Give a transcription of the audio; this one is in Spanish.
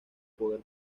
poder